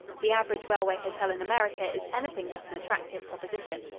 the average railway hotel in america is anything but an attractive proposition,